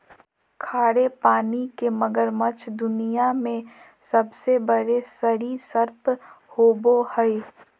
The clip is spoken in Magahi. खारे पानी के मगरमच्छ दुनिया में सबसे बड़े सरीसृप होबो हइ